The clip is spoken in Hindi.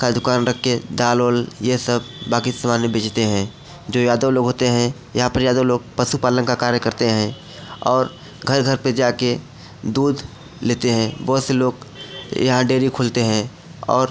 का दुकान रखकर दाल वाल यह सब बाकि सामन भी बेचते हैं जो यादव लोग होते हैं यहाँ पर यादव लोग पशुपालन का कार्य करते हैं और घ घर पर जाकर दूध लेते हैं बहुत से लोग यहाँ डेयरी खोलते हैं और